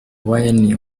wine